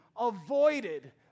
avoided